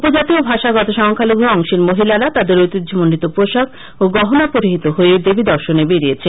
উপজাতি ও ভাষাগত সংখ্যালঘু অংশের মহিলারা তাদের ঐতিহ্যমন্ডিত পোশাক ও গহনা পরিহিত হয়ে দেবী দর্শনে বেরিয়াছেন